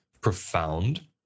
profound